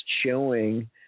showing